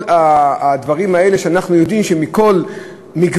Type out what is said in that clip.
כל הדברים האלה שאנחנו יודעים שמכל מגוון